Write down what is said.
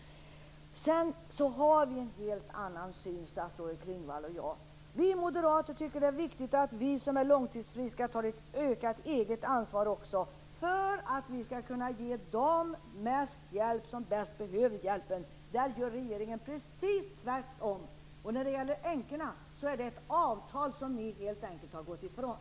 Statsrådet Klingvall och jag har helt olika syn. Vi moderater tycker att det är viktigt att vi som är långtidsfriska tar ett ökat eget ansvar för att vi skall kunna ge de människor mest hjälp som bäst behöver den. Där gör regeringen precis tvärtom. När det gäller änkorna handlar det om ett avtal som ni helt enkelt har gått ifrån.